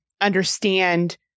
understand